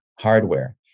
hardware